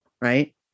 right